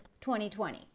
2020